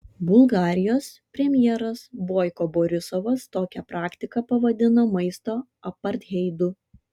bulgarijos premjeras boiko borisovas tokią praktiką pavadino maisto apartheidu